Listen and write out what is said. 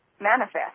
manifest